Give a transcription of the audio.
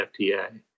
FTA